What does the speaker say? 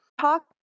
Talk